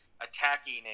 attacking